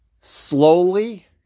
Slowly